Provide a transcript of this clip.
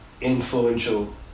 influential